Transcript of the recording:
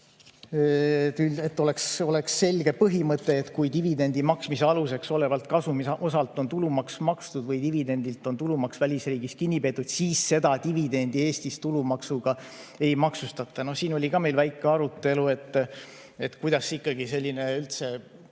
olema selge põhimõte, et kui dividendi maksmise aluseks olevalt kasumiosalt tulumaks on makstud või dividendilt on tulumaks välisriigis kinni peetud, siis seda dividendi Eestis tulumaksuga ei maksustata. No siin oli meil ka väike arutelu, kas üldse selline